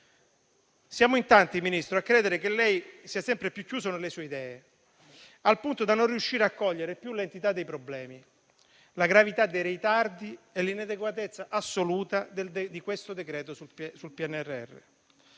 Siamo in tanti, signor Ministro, a credere che lei sia sempre più chiuso nelle sue idee, al punto da non riuscire a cogliere più l'entità dei problemi, la gravità dei ritardi e l'inadeguatezza assoluta di questo decreto-legge sul PNRR.